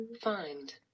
find